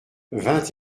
vingt